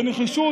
בנחישות